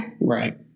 Right